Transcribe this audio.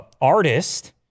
artist